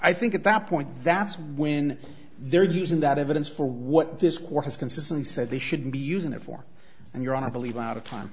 i think at that point that's when they're using that evidence for what this war has consistently said they should be using it for and your own i believe out of time